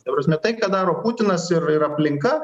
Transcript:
ta prasme tai ką daro putinas ir ir aplinka